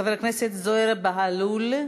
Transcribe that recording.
חבר הכנסת זוהיר בהלול,